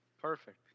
Perfect